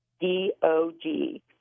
D-O-G